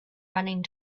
running